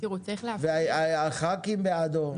וגם חברי הכנסת בעדו.